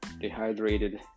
dehydrated